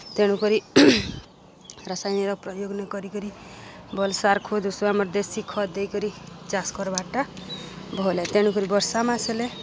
ତେଣୁକରି ରାସାୟନକ ପ୍ରୟୋଗ୍ ନି କରି କରି ଭଲ୍ ସାର୍ ଖତ୍ ଉଷୋ ଆମର୍ ଦେଶୀ ଖତ୍ ଦେଇକରି ଚାଷ୍ କର୍ବାର୍ଟା ଭଲ୍ ଏ ତେଣୁକରି ବର୍ଷା ମାସ୍ ହେଲେ